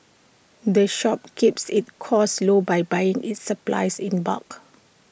the shop keeps its costs low by buying its supplies in bulk